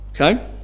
Okay